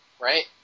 right